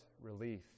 relief